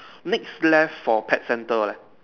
next left for pet center leh